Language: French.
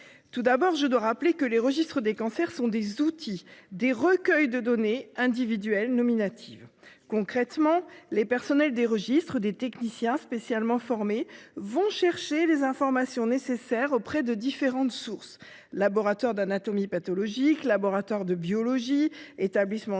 Tout d'abord, je dois rappeler que les registres des cancers sont des outils, des recueils de données individuelles nominatives. Concrètement, les personnels des registres, des techniciens spécialement formés, vont chercher les informations nécessaires auprès de différentes sources- laboratoires d'anatomopathologie, laboratoires de biologie, établissements de